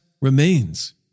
remains